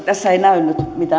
tässä ei näy